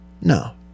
No